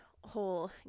whole